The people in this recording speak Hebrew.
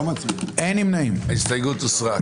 הצבעה ההסתייגות לא התקבלה.